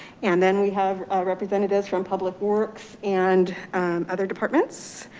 and then we have representatives from public works and other departments